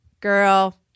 girl